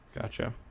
Gotcha